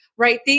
right